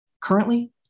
Currently